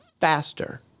faster